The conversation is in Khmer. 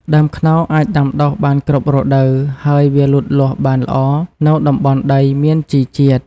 ដើមខ្នុរអាចដាំដុះបានគ្រប់រដូវ ហើយវាលូតលាស់បានល្អនៅតំបន់ដីមានជីជាតិ។